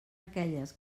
aquelles